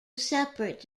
separate